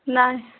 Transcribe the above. ନା